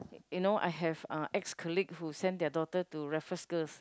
you know I have <(uh) ex colleague who send their daughter to Raffles Girls